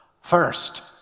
First